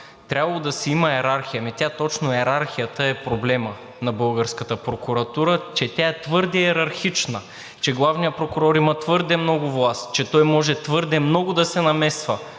трябвало да си има йерархия. Ами точно йерархията е проблемът на българската прокуратура, че тя е твърде йерархична, че главният прокурор има твърде много власт, че той може твърде много да се намесва